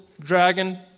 dragon